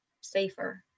safer